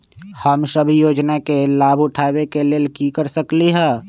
हम सब ई योजना के लाभ उठावे के लेल की कर सकलि ह?